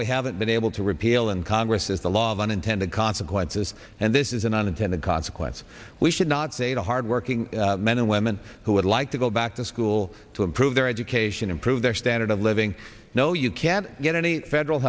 we haven't been able to repeal in congress is the law of unintended consequences and this is an unintended consequence we should not say to hard working men and women who would like to go back to school to improve their education improve their standard of living no you can't get any federal